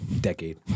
decade